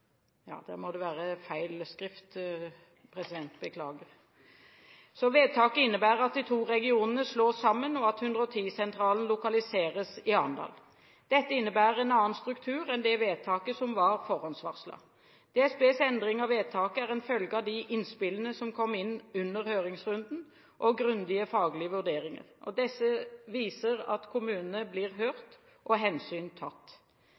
at 110-sentralen lokaliseres i Arendal. Dette innebærer en annen struktur enn det vedtaket som var forhåndsvarslet. DSBs endring av vedtaket er en følge av de innspillene som kom inn under høringsrunden, og grundige faglige vurderinger. Dette viser at kommunene blir hørt og hensyn tatt.